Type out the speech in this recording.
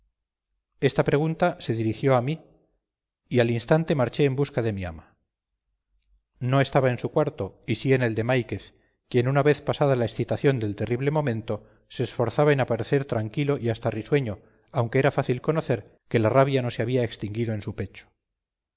esta pregunta se dirigió a mí y al instante marché en busca de mi ama no estaba en su cuarto y sí en el de máiquez quien una vez pasada la excitación del terrible momento se esforzaba en aparecer tranquilo y hasta risueño aunque era fácil conocer que la rabia no se había extinguido en su pecho